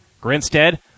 Grinstead